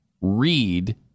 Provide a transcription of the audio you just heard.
read